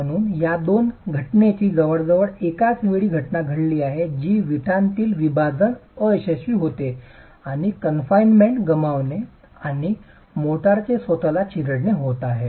म्हणूनच या दोन घटनेची जवळजवळ एकाच वेळी घटना घडली आहे जी विटातील विभाजन अयशस्वी होणे आणि कनफाईंडमेंट गमावणे आणि मोर्टारचे स्वतःला चिरडणे होत आहे